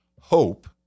hope